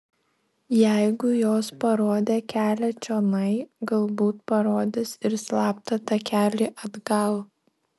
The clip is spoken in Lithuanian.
jeigu jos parodė kelią čionai galbūt parodys ir slaptą takelį atgal